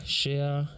share